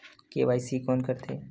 KYC कोन करथे?